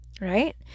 Right